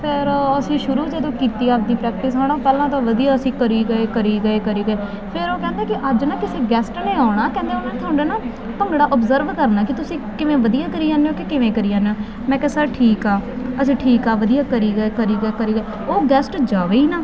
ਫਿਰ ਅਸੀਂ ਸ਼ੁਰੂ ਜਦੋਂ ਕੀਤੀ ਆਪਦੀ ਪ੍ਰੈਕਟਿਸ ਹੈ ਨਾ ਪਹਿਲਾਂ ਤਾਂ ਵਧੀਆ ਅਸੀਂ ਕਰੀ ਗਏ ਕਰੀ ਗਏ ਕਰੀ ਗਏ ਫਿਰ ਉਹ ਕਹਿੰਦਾ ਕਿ ਅੱਜ ਨਾ ਕਿਸੇ ਗੈਸਟ ਨੇ ਆਉਣਾ ਕਹਿੰਦਾ ਉਹਨੇ ਤੁਹਾਡਾ ਨਾ ਭੰਗੜਾ ਓਬਜਰਵ ਕਰਨਾ ਕਿ ਤੁਸੀਂ ਕਿਵੇਂ ਵਧੀਆ ਕਰੀ ਜਾਂਦੇ ਹੋ ਕਿ ਕਿਵੇਂ ਕਰੀ ਜਾਂਦੇ ਮੈਂ ਕਿਹਾ ਸਰ ਠੀਕ ਆ ਅਸੀਂ ਠੀਕ ਆ ਵਧੀਆ ਕਰੀ ਗਏ ਕਰੀ ਗਏ ਕਰੀ ਗਏ ਉਹ ਗੈਸਟ ਜਾਵੇ ਹੀ ਨਾ